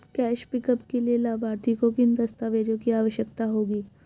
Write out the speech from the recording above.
Cash pickup के लिए लाभार्थी को किन दस्तावेजों की आवश्यकता होगी?